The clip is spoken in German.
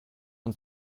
und